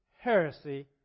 heresy